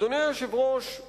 אדוני היושב-ראש,